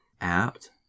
apt